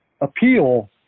appeal